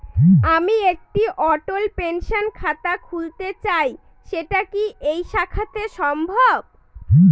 আমি একটি অটল পেনশন খাতা খুলতে চাই সেটা কি এই শাখাতে সম্ভব?